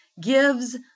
gives